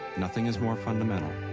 nothing is more fundamental,